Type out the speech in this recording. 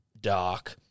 Dark